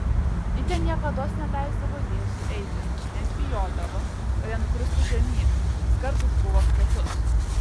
ji ten niekados neleisdavo jėzui eiti nes bijodavo kad nenukristų žemyn skardis buvo status